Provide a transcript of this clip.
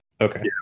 Okay